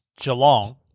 Geelong